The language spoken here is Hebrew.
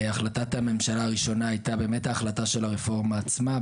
החלטת הממשלה הראשונה הייתה באמת ההחלטה של הרפורמה עצמה.